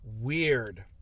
Weird